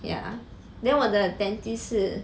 ya then 我的 dentist 是